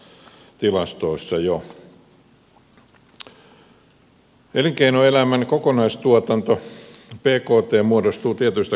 elinkeinoelämän kokonaistuotanto bkt muodostuu tietyistä komponenteista